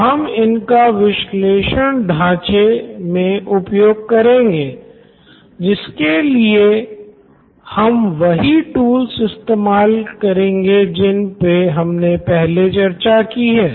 तो हम इनका विश्लेषण ढाँचे मे उपयोग करेंगे जिसके लिए हम वही टूल्स इस्तेमाल करेंगे जिन पे हमने पहले चर्चा की है